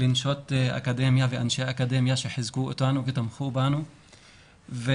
לנשות אקדמיה ואנשי אקדמיה שחיזקו אותנו ותמכו בנו והולכים